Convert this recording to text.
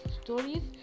stories